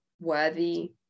worthy